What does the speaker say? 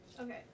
okay